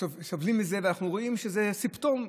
שסובלים מזה ואנחנו רואים שזה סימפטום כללי.